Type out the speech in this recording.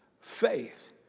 faith